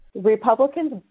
Republicans